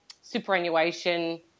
superannuation